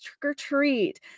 trick-or-treat